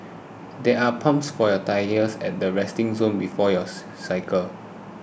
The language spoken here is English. there are pumps for your tyres at the resting zone before you cycle